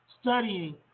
studying